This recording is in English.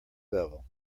level